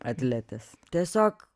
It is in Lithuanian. atletes tiesiog